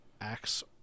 axe